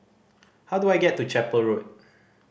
how do I get to Chapel Road